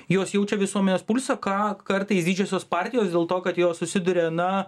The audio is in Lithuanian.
jos jaučia visuomenės pulsą ką kartais didžiosios partijos dėl to kad jos susiduria na